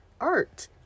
art